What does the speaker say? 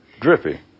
Drippy